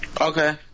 Okay